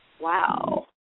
Wow